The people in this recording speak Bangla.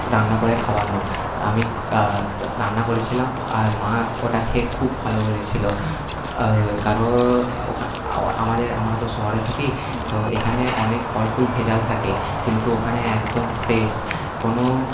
রান্না করে খাওয়ানোর আমি রান্না করেছিলাম আর মা ওটা খেয়ে খুব ভালো বলেছিলো কারণ আমাদের আমরা তো শহরে থাকি তো এখানে অনেক ফল ফুল ভেজাল থাকে কিন্তু ওখানে একদম ফ্রেস কোনও